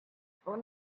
phone